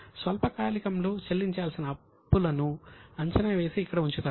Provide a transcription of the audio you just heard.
కాబట్టి స్వల్పకాలికంలో చెల్లించాల్సిన అప్పులను అంచనా వేసి ఇక్కడ చూపుతారు